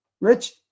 Rich